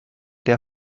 der